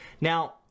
Now